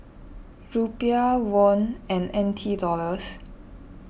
Rupiah Won and N T Dollars